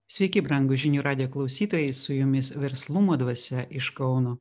sveiki brangūs žinių radijo klausytojai su jumis verslumo dvasia iš kauno